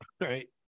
right